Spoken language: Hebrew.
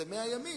זה 100 ימים.